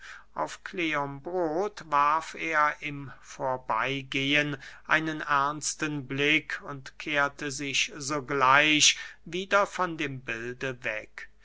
auf kleombrot warf er im vorbeygehen einen ernsten blick und kehrte sich sogleich wieder von dem bilde weg